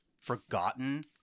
forgotten